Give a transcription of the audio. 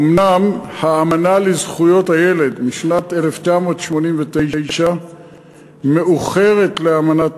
אומנם האמנה בדבר זכויות הילד משנת 1989 מאוחרת לאמנת